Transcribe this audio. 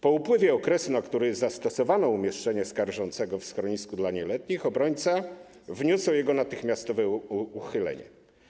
Po upływie okresu, na który zastosowano umieszczenie skarżącego w schronisku dla nieletnich, obrońca wniósł o jego natychmiastowe uchylenie.